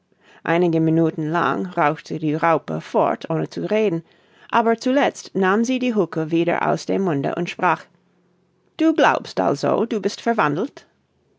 einige minuten lang rauchte die raupe fort ohne zu reden aber zuletzt nahm sie die huhka wieder aus dem munde und sprach du glaubst also du bist verwandelt